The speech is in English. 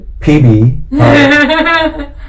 PB